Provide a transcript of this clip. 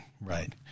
right